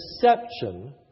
deception